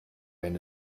wenn